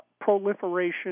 proliferation